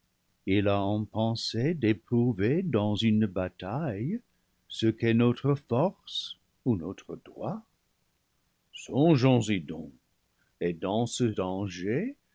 il a en pensée d'éprouver dans une bataille ce qu'est notre force ou notre droit songeons y donc et dans ce danger